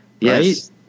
Yes